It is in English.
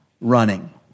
running